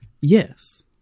Yes